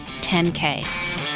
10k